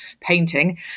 painting